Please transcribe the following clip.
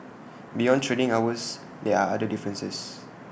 beyond trading hours there are other differences